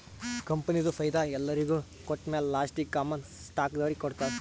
ಕಂಪನಿದು ಫೈದಾ ಎಲ್ಲೊರಿಗ್ ಕೊಟ್ಟಮ್ಯಾಲ ಲಾಸ್ಟೀಗಿ ಕಾಮನ್ ಸ್ಟಾಕ್ದವ್ರಿಗ್ ಕೊಡ್ತಾರ್